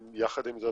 יחד עם זאת,